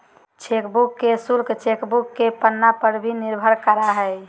chequebook के शुल्क chequebook के पन्ना पर भी निर्भर करा हइ